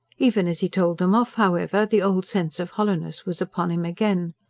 even as he told them off, however, the old sense of hollowness was upon him again.